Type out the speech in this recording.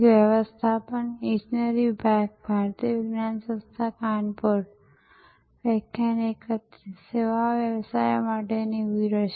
તમે અત્યાર સુધીમાં સારી રીતે સમજી ગયા હશો કે માલની જેમ જ ગ્રાહકો સુધી પહોંચવા અથવા ગ્રાહકોને લાવવા માટે સેવાઓનું પણ વિતરણ કરવું જરૂરી છે